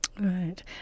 Right